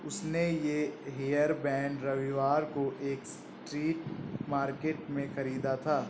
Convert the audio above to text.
उसने ये हेयरबैंड रविवार को एक स्ट्रीट मार्केट से खरीदा था